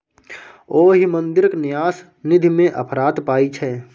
ओहि मंदिरक न्यास निधिमे अफरात पाय छै